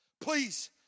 Please